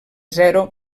zero